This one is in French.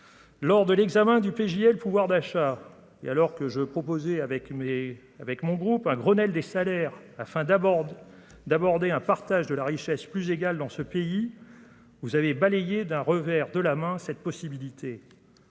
Lors de l'examen du PJD et le pouvoir d'achat et alors que je proposer avec mes avec mon groupe un Grenelle des salaires afin d'abord de d'aborder un partage de la richesse plus égal dans ce pays, vous avez balayé d'un revers de la main cette possibilité,